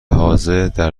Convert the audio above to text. حاضردر